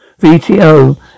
VTO